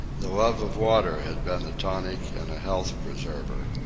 the love of water had been a tonic and a health preserver.